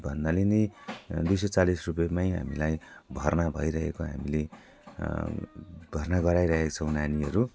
भन्नाले पनि दुई सौ चालिस रुप्पेमा हामीलाई भर्ना भइरहेको हामीले भर्ना गराइरहेका छौँ नानीहरू